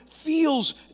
Feels